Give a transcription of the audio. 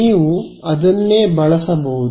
ನೀವು ಅದನ್ನೇ ಬಳಸಬಹುದು